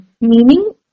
meaning